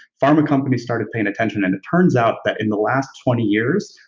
pharma companies started paying attention, and it turns out that in the last twenty years,